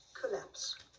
collapse